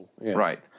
Right